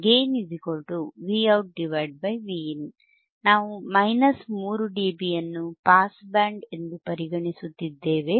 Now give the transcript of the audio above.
Gain Vout Vin ನಾವು minus 3 ಡಿಬಿಯನ್ನು pass band ಎಂದು ಪರಿಗಣಿಸುತ್ತಿದ್ದೇವೆ